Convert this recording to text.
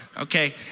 okay